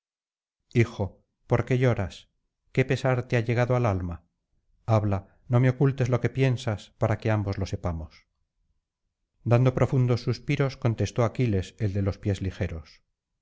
hijo por qué lloras qué pesar te ha llegado al alma habla no me ocultes lo que piensas para que ambos lo sepamos dando profundos suspiros contestó aquiles el de los pies ligeros